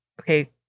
okay